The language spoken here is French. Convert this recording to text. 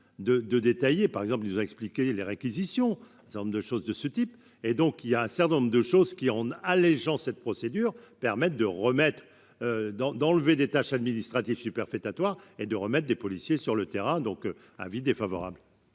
de détailler par exemple, il nous a expliqué les réquisitions certains nombre de choses de ce type, et donc il y a un certain nombre de choses qui en allégeant cette procédure permette de remettre dans d'enlever des tâches administratives superfétatoire et de remettre des policiers sur le terrain, donc avis défavorable.